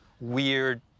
weird